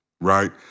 right